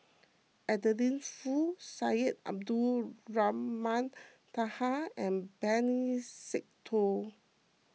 Adeline Foo Syed Abdulrahman Taha and Benny Se Teo